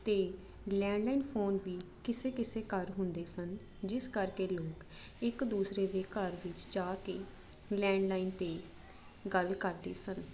ਅਤੇ landline phone ਵੀ ਕਿਸੇ ਕਿਸੇ ਘਰ ਹੁੰਦੇ ਸਨ ਜਿਸ ਕਰਕੇ ਲੋਕ ਇੱਕ ਦੂਸਰੇ ਦੇ ਘਰ ਵਿੱਚ ਜਾ ਕੇ ਲੈਂਡਲਾਈਨ 'ਤੇ ਗੱਲ ਕਰਦੇ ਸਨ